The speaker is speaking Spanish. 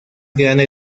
grande